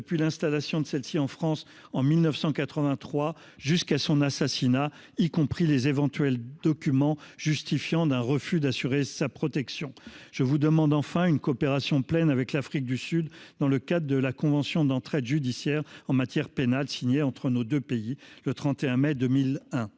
depuis l’installation de celle ci en France en 1983 jusqu’à son assassinat, y compris aux éventuels documents justifiant d’un refus d’assurer sa protection. Je vous demande, enfin, de coopérer pleinement avec l’Afrique du Sud dans le cadre de la convention d’entraide judiciaire en matière pénale signée entre nos deux pays le 31 mai 2001.